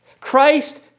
Christ